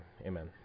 amen